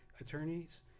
attorneys